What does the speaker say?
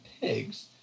pigs